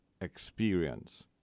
experience